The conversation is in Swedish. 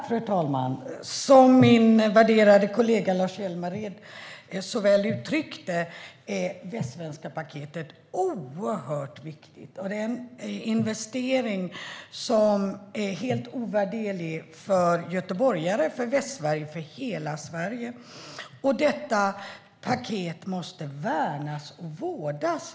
Fru talman! Som min värderade kollega Lars Hjälmered så väl uttryckte det är det västsvenska paketet oerhört viktigt. Det är en investering som är helt ovärderlig för göteborgare, för Västsverige och för hela Sverige. Detta paket måste värnas och vårdas.